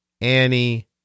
Annie